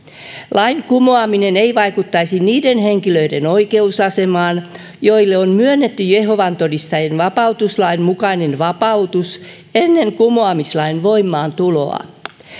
lain kumoaminen ei vaikuttaisi niiden henkilöiden oikeusasemaan joille on myönnetty jehovan todistajien vapautuslain mukainen vapautus ennen kumoamislain voimaantuloa